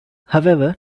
however